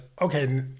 okay